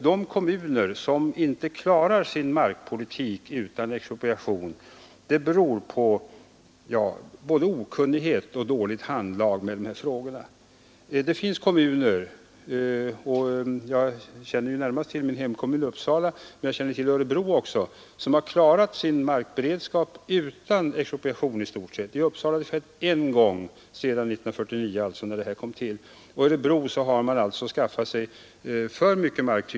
När kommuner inte klarar sin markpolitik utan expropriation, beror det på både okunnighet och dåligt handlag med de här frågorna. Det finns kommuner — jag känner närmast till min hemkommun Uppsala men jag känner till Örebro också — som har klarat sin markberedskap i stort sett utan expropriation. I Uppsala har expropriation skett en gång sedan 1949, när den senaste stora lagändringen ägde rum. I Örebro har man tydligen skaffat sig för mycket mark.